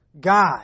God